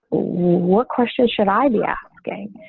what questions should i be asking.